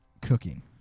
cooking